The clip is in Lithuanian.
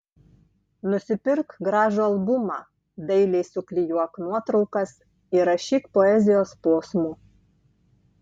nusipirk gražų albumą dailiai suklijuok nuotraukas įrašyk poezijos posmų